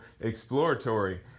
exploratory